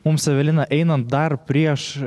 mums evelina einant dar prieš